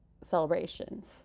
celebrations